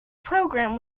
program